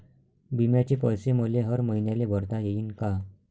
बिम्याचे पैसे मले हर मईन्याले भरता येईन का?